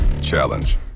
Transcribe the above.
Challenge